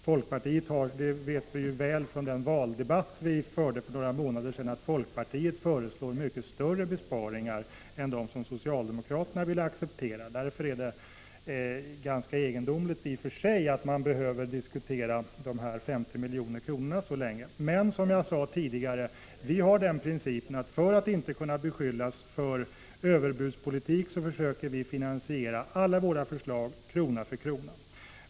Folkpartiet föreslår, det vet vi från den valdebatt som vi förde för några månader sedan, mycket större besparingar än dem som socialdemokraterna vill acceptera. Därför är det i och för sig ganska egendomligt att man behöver diskutera de nu aktuella 50 miljonerna så länge. För att inte kunna beskyllas för att driva överbudspolitik har vi, som jag sade tidigare, den principen att vi försöker finansiera alla våra förslag krona för krona.